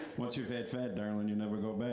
once you've had fat, darling, you never go back.